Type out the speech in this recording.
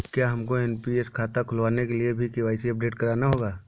क्या हमको एन.पी.एस खाता खुलवाने के लिए भी के.वाई.सी अपडेट कराना होगा?